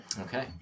Okay